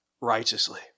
righteously